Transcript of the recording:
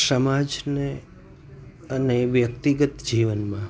સમાજને અને વ્યક્તિગત જીવનમાં